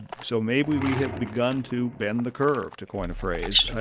so maybe we have begun to bend the curve, to coin a phrase,